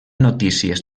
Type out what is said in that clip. notícies